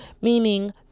Meaning